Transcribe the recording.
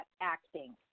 acting